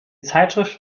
zeitschrift